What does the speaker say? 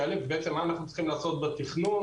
המילים: "המאבק במשבר האקלים",